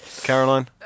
Caroline